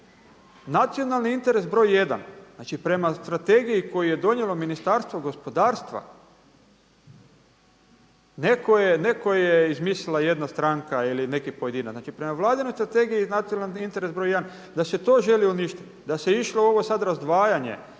nacionalni interes br. 1.. Znači prema strategiji koju je donijelo Ministarstvo gospodarstva netko je, izmislila jedna stranka ili neki pojedinac. Znači prema Vladinoj strategiji nacionalni interes br. 1. da se to želi uništiti, da se išlo u ovo sada razdvajanje